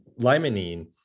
limonene